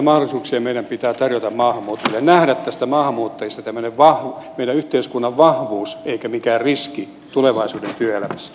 näitä mahdollisuuksia meidän pitää tarjota maahanmuuttajille nähdä näissä maahanmuuttajissa tämmöinen meidän yhteiskunnan vahvuus eikä mikään riski tulevaisuuden työelämässä